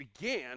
began